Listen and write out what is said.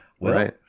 Right